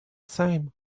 same